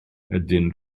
ydyn